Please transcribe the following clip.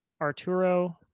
arturo